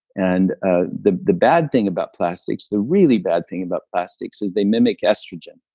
and ah the the bad thing about plastics, the really bad thing about plastics is, they mimic estrogen